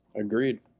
Agreed